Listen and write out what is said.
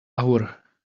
hour